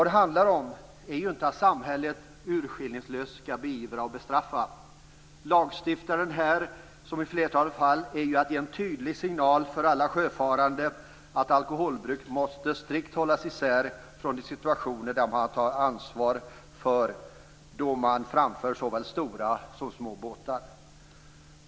Det handlar ju inte om att samhället urskillningslöst skall beivra och bestraffa. Lagstiftningen handlar ju i det här fallet, liksom i flertalet fall, om att man skall ge en tydlig signal. I det här fallet är det en signal till alla sjöfarande om att alkoholbruk strikt måste hållas isär från de situationer då de framför såväl stora som små båtar.